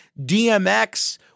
DMX